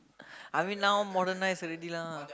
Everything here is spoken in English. I mean now modernised already lah